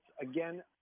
again